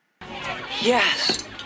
Yes